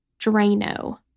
Drano